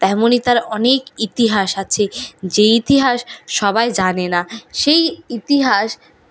তেমনিই তার অনেক ইতিহাস আছে যে ইতিহাস সবাই জানে না সেই ইতিহাস